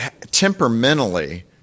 temperamentally